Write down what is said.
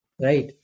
Right